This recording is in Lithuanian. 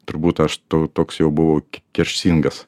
turbūt aš to toks jau buvau ke kerštingas